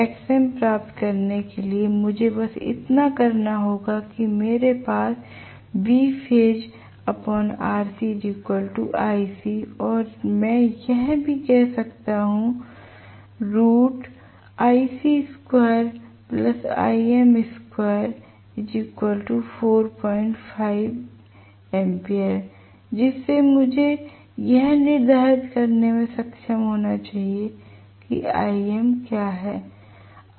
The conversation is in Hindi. Xm प्राप्त करने के लिए मुझे बस इतना करना होगा कि मेरे पास है और मैं यह भी कह सकता हूं जिससे मुझे यह निर्धारित करने में सक्षम होना चाहिए कि Im क्या हैं